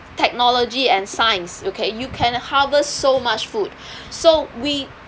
technology and science okay you can harvest so much food so we